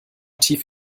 tief